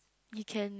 you can